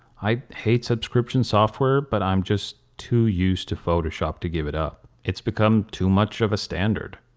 i hate subscription software but i'm just too used to photoshop to give it up. it's become too much of a standard.